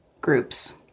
groups